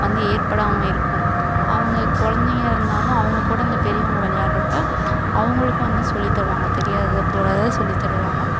வந்து ஏற்படாமல் இருக்கும் அவங்க குழந்தைங்க இருந்தாலும் அவங்க கூட இந்த பெரியவங்க விளையாடுறப்ப அவங்களுக்கும் வந்து சொல்லி தருவாங்க தெரியாதது போகாதது சொல்லித் தருவாங்க